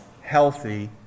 healthy